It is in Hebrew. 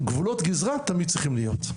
גבולות גזרה תמיד צריכים להיות.